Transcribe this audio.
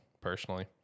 personally